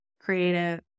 creative